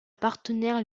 partenaire